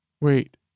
Wait